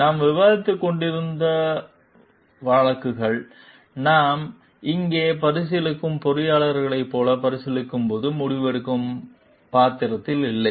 நாம் விவாதித்துக் கொண்டிருந்த இந்த வழக்குகள் நாங்கள் இங்கே பரிசீலிக்கும் பொறியியலாளரைப் போல பரிசீலிக்கும்போது முடிவெடுக்கும் பாத்திரத்தில் இல்லை